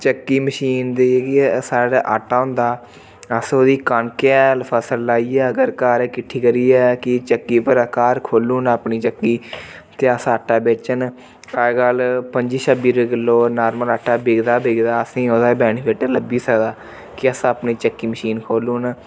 चक्की मशीन दे जेह्की ऐ साढ़े आटा होंदा अस ओह्दी कनक हैल फसल लाइयै अगर घर गै किट्ठी करियै कि चक्की भला घर खोलो ओड़न अपनी चक्की ते अस आटा बेचन अज्जकल पंजी छब्बी रपेऽ किलो नार्मल आटा बिकदा बिकदा असेंगी ओह्दा बी बेनिफिट लब्भी सकदा कि अस अपनी चक्की मशीन खोली ओड़न